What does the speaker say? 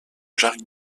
jacques